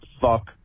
fuck